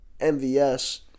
MVS